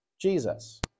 Jesus